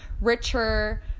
richer